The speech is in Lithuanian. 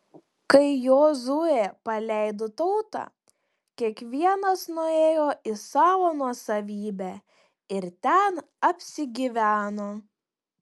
kai jozuė paleido tautą kiekvienas nuėjo į savo nuosavybę ir ten apsigyveno